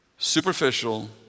superficial